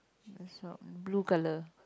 is what blue colour